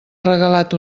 regalat